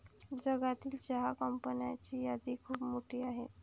जगातील चहा कंपन्यांची यादी खूप मोठी आहे